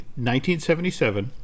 1977